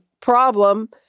problem